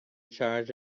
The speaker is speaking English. charge